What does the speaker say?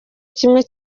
kimwe